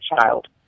child